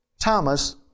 Thomas